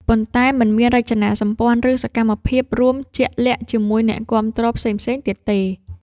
ប៉ុន្តែមិនមានរចនាសម្ព័ន្ធ ឬសកម្មភាពរួមជាក់លាក់ជាមួយអ្នកគាំទ្រផ្សេងៗទៀតទេ។